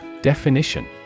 Definition